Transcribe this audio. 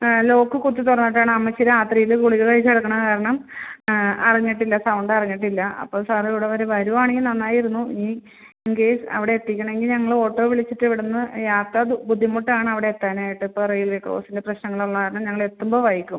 lock കുത്തി തുറന്നിട്ടാണ് അമ്മച്ചി രാത്രിയിൽ ഗുളിക കഴിച്ച് കിടക്കണത് കാരണം അറിഞ്ഞിട്ടില്ല സൗണ്ടറിഞ്ഞിട്ടില്ല അപ്പോൾ സാറിവിടെ വരെ വരുവാണെങ്കിൽ നന്നായിരുന്നു ഇൻകേസ് അവിടെ എത്തിക്കണെങ്കിൽ ഞങ്ങളോട്ടോ വിളിച്ചിട്ടിവിടുന്ന് യാത്ര ബുദ്ധിമുട്ടാണവിടെ എത്താനായിട്ടിപ്പോൾ റെയിൽവേ ക്രോസിലെ പ്രശ്നങ്ങളുള്ള കാരണം ഞങ്ങളെത്തുമ്പോൾ വൈകും